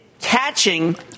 catching